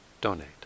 donate